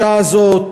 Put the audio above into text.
בשעה הזאת,